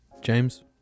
James